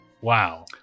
Wow